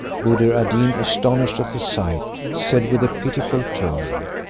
buddir ad deen, astonished at the sight, said with a pitiful tone,